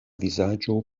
vizaĝo